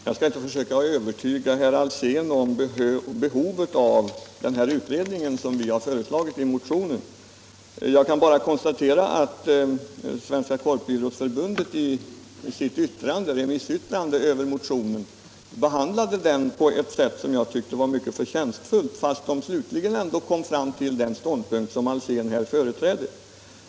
Herr talman! Jag skall inte försöka övertyga herr Alsén om behovet av den utredning vi har föreslagit i motionen. Jag kan bara konstatera att Svenska korporationsidrottsförbundet i sitt remissyttrande över motionen behandlade den på ett mycket förtjänstfullt sätt — fastän man slutligen kom fram till den ståndpunkt som herr Alsén här företräder.